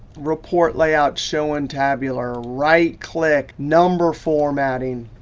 report layout, show in tabular, right click. number formatting,